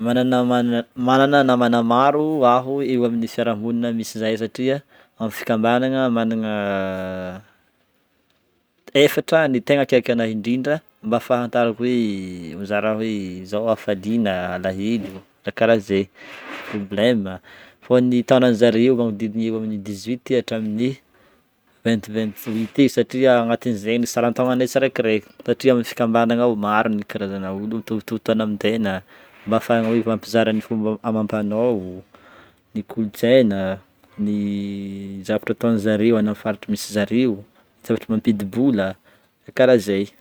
Mananamana- manana namana maro aho eo amin'ny fiarahamonina misy zahay satria amin'ny fikambanagna magnana efatra ny tegna akaiky anah indrindra mba afahantarako hoe mizara hoe zao hafaliana, alahelo raha karaha zay, problema. Fô ny taonan'zareo magnodidigny eo amin'ny dix-huit hatramin'ny vignt vignt-huit eo satria agnatin' izegny ny salantaognanay tsiraikiraiky satria amin'ny fikambagnana ao maro ny karazana olo mitovitovy taona amin'ny tena, mba afahagna hoe mifampizara ny fomba amampanao, ny kolontsaina, ny zavatra ataon'ny zareo amin'ny faritry misy zareo, zavatra mampidibola le karaha zay.